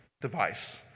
device